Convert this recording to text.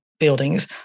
buildings